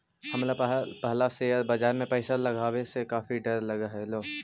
हमरा पहला शेयर बाजार में पैसा लगावे से काफी डर लगअ हलो